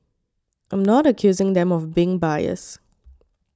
I'm not accusing them of being biased